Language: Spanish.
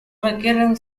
requieren